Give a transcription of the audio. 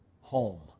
home